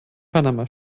panama